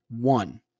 one